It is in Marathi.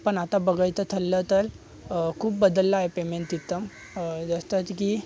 पण आता बघायचं ठरलं तर खूप बदललं आहे पेमेंट थीत्तम अ जस्ट असं की